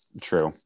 True